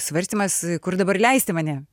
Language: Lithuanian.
svarstymas kur dabar leisti mane